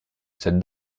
cette